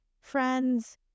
friends